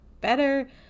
better